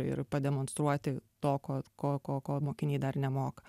ir pademonstruoti to ko ko ko ko mokiniai dar nemoka